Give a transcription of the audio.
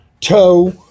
toe